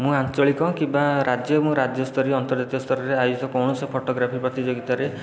ମୁଁ ଆଞ୍ଚଳିକ କିମ୍ବା ରାଜ୍ୟ ମୁଁ ରାଜ୍ୟସ୍ତରୀୟ ଆର୍ନ୍ତଜାତୀୟ ସ୍ତରରେ ଆୟୋଜିତ କୌଣସି ଫଟୋଗ୍ରାଫି ପ୍ରତିଯୋଗିତାରେ